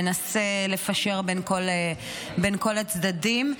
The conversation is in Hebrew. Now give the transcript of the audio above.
ומנסה לפשר בין כל הצדדים.